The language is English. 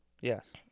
yes